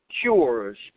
cures